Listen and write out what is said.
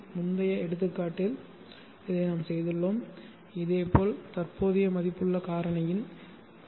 முந்தைய எடுத்துக்காட்டில் இதை நாம் செய்துள்ளோம் இதேபோல் தற்போதைய மதிப்புள்ள காரணியின் எல்